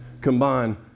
combine